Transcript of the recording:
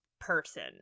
person